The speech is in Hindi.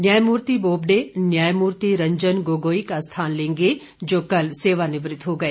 न्यायमूर्ति बोबडे न्यायमूर्ति रंजन गोगोई का स्थान लेंगे जो कल सेवानिवृत्त हो गए